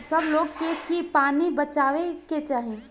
सब लोग के की पानी बचावे के चाही